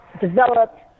developed